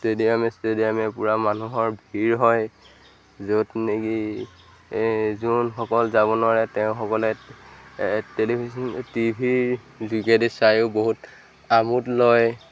ষ্টেডিয়ামে ষ্টেডিয়ামে পূৰা মানুহৰ ভিৰ হয় য'ত নেকি যোনসকল যাব নোৱাৰে তেওঁসকলে টেলিভিশ্যন টিভি ৰ যোগেদি চায়ো বহুত আমোদ লয়